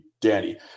Danny